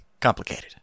complicated